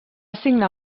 signar